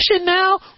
now